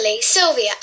Sylvia